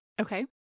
Okay